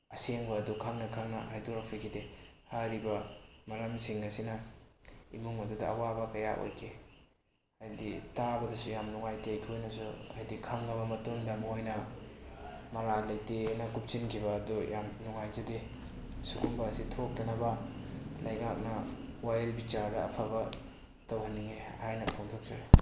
ꯑꯁꯦꯡꯕ ꯑꯗꯨ ꯈꯪꯅ ꯈꯪꯅ ꯍꯥꯏꯗꯣꯔꯛꯄꯤꯈꯤꯗꯦ ꯍꯥꯏꯔꯤꯕ ꯃꯔꯝꯁꯤꯡ ꯑꯁꯤꯅ ꯏꯃꯨꯡ ꯑꯗꯨꯗ ꯑꯋꯥꯕ ꯀꯌꯥ ꯑꯣꯏꯈꯤ ꯍꯥꯏꯗꯤ ꯇꯥꯕꯗꯁꯨ ꯌꯥꯝ ꯅꯨꯡꯉꯥꯏꯇꯦ ꯑꯩꯈꯣꯏꯅꯁꯨ ꯍꯥꯏꯗꯤ ꯈꯪꯉꯕ ꯃꯇꯨꯡꯗ ꯃꯣꯏꯅ ꯃꯔꯥꯜ ꯂꯩꯇꯦ ꯍꯥꯏꯅ ꯀꯨꯞꯁꯤꯟꯈꯤꯕ ꯑꯗꯨ ꯌꯥꯝ ꯅꯨꯡꯉꯥꯏꯖꯗꯦ ꯁꯨꯒꯨꯝꯕ ꯑꯁꯤ ꯊꯣꯛꯇꯅꯕ ꯂꯩꯉꯥꯛꯅ ꯋꯥꯌꯦꯜ ꯕꯤꯆꯥꯔ ꯑꯐꯕ ꯇꯧꯍꯟꯅꯤꯡꯉꯤ ꯍꯥꯏꯅ ꯐꯣꯡꯗꯣꯛꯆꯔꯤ